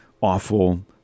awful